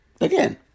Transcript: Again